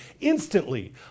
Instantly